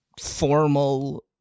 formal